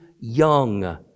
young